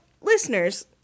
listeners